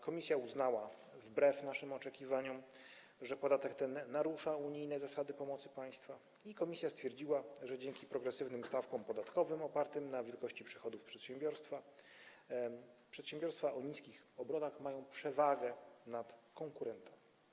Komisja uznała wbrew naszym oczekiwaniom, że podatek ten narusza unijne zasady pomocy państwa, i stwierdziła, że dzięki progresywnym stawkom podatkowym opartym na wielkości przychodów przedsiębiorstwa przedsiębiorstwa o niskich obrotach mają przewagę nad konkurentami.